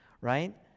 right